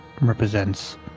represents